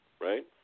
Right